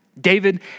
David